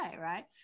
right